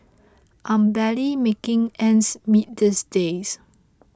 I'm barely making ends meet these days